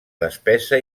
despesa